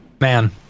Man